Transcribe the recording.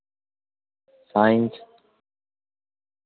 science